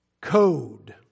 code